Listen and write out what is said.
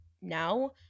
now